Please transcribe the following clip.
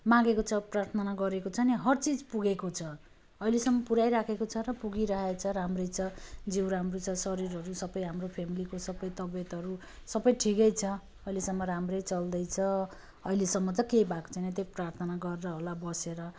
मागेको छ प्रार्थना गरेको छ नि हर चिज पुगेको छ अहिलेसम्म पुऱ्याइराखेको छ र पुगिरहेको छ राम्रै छ जिउ राम्रै छ शरीरहरू सबै हाम्रो फ्यामिलिको सबै तबियतहरू सबै ठिकै छ अहिलेसम्म राम्रै चल्दैछ अहिलेसम्म त केही भएको छैन त्यही प्रार्थना गरेर होला बसेर